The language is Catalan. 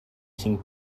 cinc